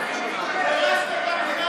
המדינה היהודית.